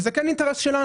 וזה כן אינטרס שלנו.